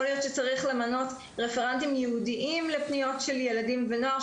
יכול להיות שצריך למנות רפרנטים ייעודיים לפניות של ילדים ונוער,